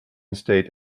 state